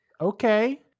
okay